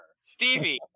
Stevie